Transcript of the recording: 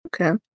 Okay